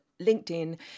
LinkedIn